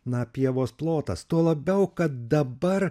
na pievos plotas tuo labiau kad dabar